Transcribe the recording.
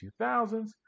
2000s